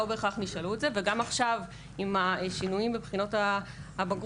לא בהכרח נשאלו את זה וגם עכשיו עם השינויים בבחינות הבגרות,